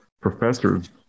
professors